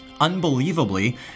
Unbelievably